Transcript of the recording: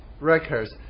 records